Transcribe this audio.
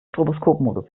stroboskopmodus